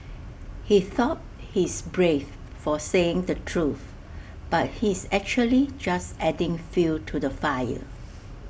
he thought he's brave for saying the truth but he is actually just adding fuel to the fire